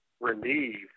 relieved